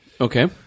Okay